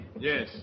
Yes